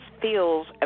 feels